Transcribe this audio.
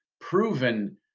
proven